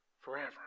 Forever